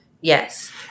Yes